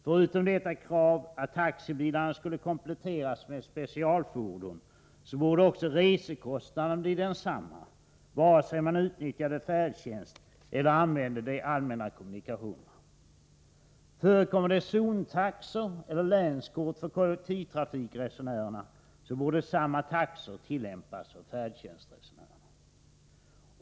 Förutom kravet att taxibilarna skulle kompletteras med specialfordon framhåller vi också att resekostnaden borde bli densamma vare sig man utnyttjade färdtjänst eller använde de allmänna kommunikationerna. Förekommer det zontaxor eller länskort för kollektivtrafikresenärerna, borde samma taxor tillämpas för färdtjänstresenärerna.